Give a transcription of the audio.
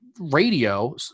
Radio